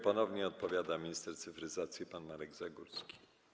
Ponownie odpowiada minister cyfryzacji pan Marek Zagórski.